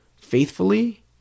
faithfully